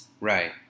right